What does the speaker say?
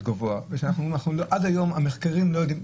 גבוהה ושאנחנו עד היום המחקרים לא יודעים,